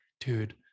Dude